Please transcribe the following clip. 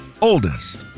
oldest